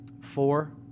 Four